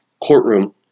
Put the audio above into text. courtroom